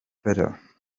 better